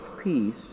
peace